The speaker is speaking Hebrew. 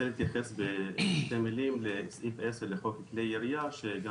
להתייחס בשתי מילים לסעיף 10 לחוק כלי ירייה שגם